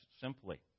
simply